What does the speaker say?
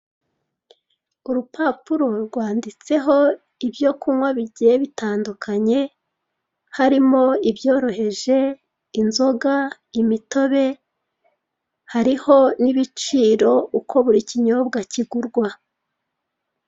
Urupapuro rwanditseho ibyo kunywa bigiye bitandukanye, harimo ibyoroheje, inzoga, imitobe. Hariho n'ibiciro; uko buri kinyobwa kigurwa.